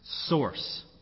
source